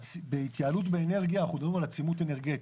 בהתייעלות באנרגיה אנחנו מדברים על עצימות אנרגטית,